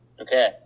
Okay